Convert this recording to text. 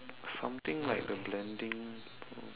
something like the blending